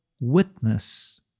witness